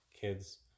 kids